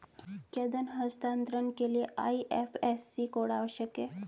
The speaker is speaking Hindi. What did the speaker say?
क्या धन हस्तांतरण के लिए आई.एफ.एस.सी कोड आवश्यक है?